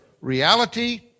Reality